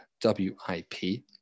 W-I-P